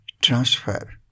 transfer